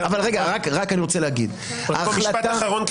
ההחלטה --- משפט אחרון,